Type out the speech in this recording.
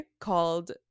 called